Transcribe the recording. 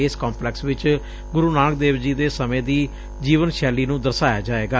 ਇਸ ਕੰਪਲੈਕਸ ਵਿਚ ਗੁਰੂ ਨਾਨਕ ਦੇਵ ਜੀ ਦੇ ਸਮੇਂ ਦੀ ਜੀਵਨ ਸ਼ੈਲੀ ਨੂੰ ਦਰਸਾਇਆ ਜਾਏਗਾ